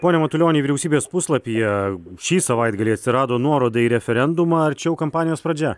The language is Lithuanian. pone matulioni vyriausybės puslapyje šį savaitgalį atsirado nuoroda į referendumą ar čia jau kampanijos pradžia